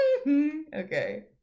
Okay